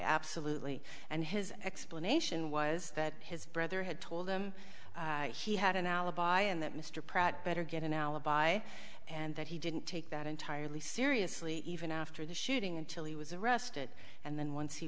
absolutely and his explanation was that his brother had told them he had an alibi and that mr pratt better get an alibi and that he didn't take that entirely seriously even after the shooting until he was arrested and then once he